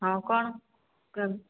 ହଁ କ'ଣ କେ